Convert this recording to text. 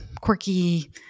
quirky